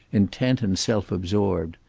intent and self-absorbed.